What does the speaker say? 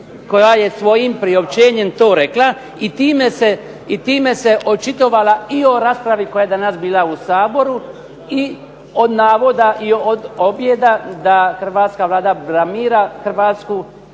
koja je svojim priopćenjem to rekla i time se očitovala i o raspravi koja je danas bila u Saboru i od navoda i od objeda da hrvatska Vlada blamira Hrvatsku